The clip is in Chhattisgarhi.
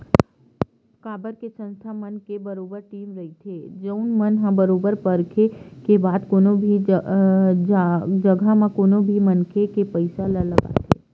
काबर के संस्था मन के बरोबर टीम रहिथे जउन मन ह बरोबर परखे के बाद कोनो भी जघा म कोनो भी मनखे के पइसा ल लगाथे